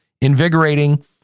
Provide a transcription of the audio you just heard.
invigorating